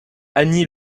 annie